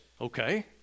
okay